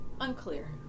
Unclear